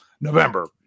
November